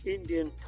Indian